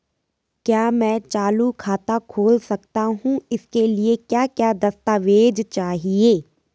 क्या मैं चालू खाता खोल सकता हूँ इसके लिए क्या क्या दस्तावेज़ चाहिए?